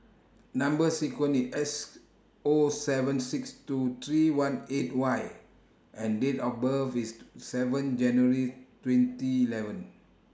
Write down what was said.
Number sequence IS S O seven six two three one eight Y and Date of birth IS seven January twenty eleven